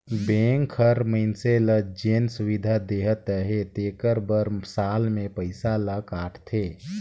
bank हर मइनसे ल जेन सुबिधा देहत अहे तेकर बर साल में पइसा ल काटथे